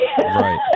Right